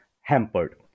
hampered